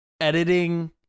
editing